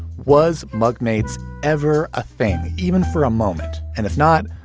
was magnate's ever a fan? even for a moment? and if not,